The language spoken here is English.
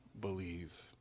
believe